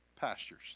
pastures